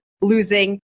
losing